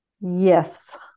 Yes